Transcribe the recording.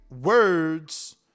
words